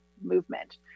movement